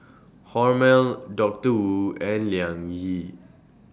Hormel Doctor Wu and Liang Yi